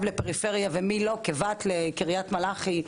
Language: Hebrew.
לפריפריה ומי לא כבת מקום של קריית מלאכי,